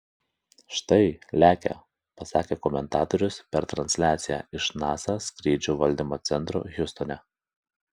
štai lekia pasakė komentatorius per transliaciją iš nasa skrydžių valdymo centro hjustone